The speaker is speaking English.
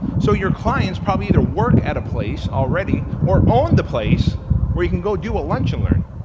so your clients probably either work at a place already, or own the place where you can go do a lunch n' learn.